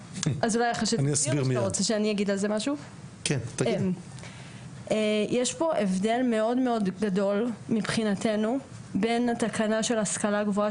יש פה הבדל מאוד גדול מבחינתנו בין התקנה של השכלה גבוהה